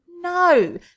no